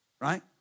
Right